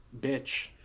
bitch